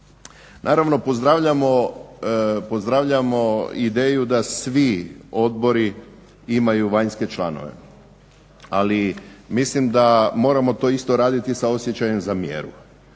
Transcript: Naravno pozdravljamo ideju da svi odbori imaju vanjske članove, ali mislim da moramo to isto raditi sa osjećajem za mjeru.